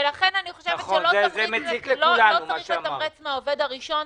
ולכן אני חושבת שלא צריך לתמרץ מהעובד הראשון.